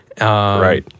right